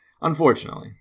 unfortunately